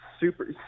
Super